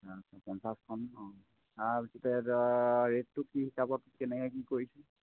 আচ্ছা পঞ্চাছখন অঁ তাৰপিছতে ৰেটটো কি হিচাপত কেনেকৈ কি কৰিছে